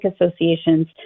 associations